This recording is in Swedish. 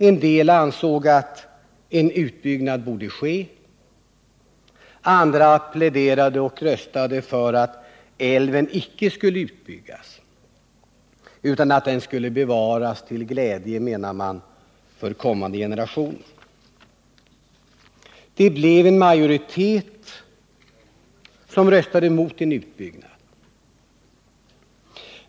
En del ansåg att en utbyggnad borde ske, andra pläderade och röstade för att älven icke skulle utbyggas utan att den skulle bevaras till glädje — menade man — för kommande generationer. Det blev en majoritet som röstade emot en utbyggnad.